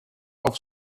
auf